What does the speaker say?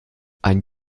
ein